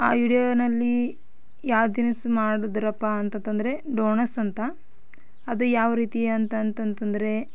ಆ ವಿಡಿಯೋನಲ್ಲಿ ಯಾವ ತಿನಿಸು ಮಾಡಿದ್ರಪ್ಪಾ ಅಂತಂದ್ರೆ ಡೋಣಸ್ ಅಂತ ಅದು ಯಾವ ರೀತಿ ಅಂತ ಅಂತಂದರೆ